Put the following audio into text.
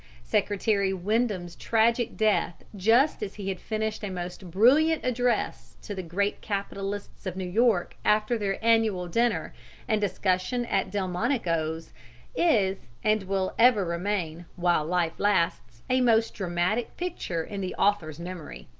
secretary windom's tragic death just as he had finished a most brilliant address to the great capitalists of new york after their annual dinner and discussion at delmonico's is, and will ever remain, while life lasts, a most dramatic picture in the author's memory.